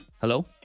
Hello